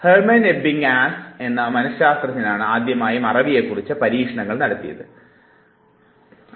Hermann Ebbinghaus എന്ന മനഃശ്ശാസ്ത്രജ്ഞനാണ് ആദ്യമായി മറവിയെക്കുറിച്ച് പരീക്ഷണങ്ങൾ നടത്തിയത് എന്നത് ആദ്യമേ നമുക്ക് മനസ്സിലാക്കാം